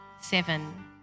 seven